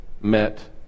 met